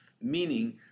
meaning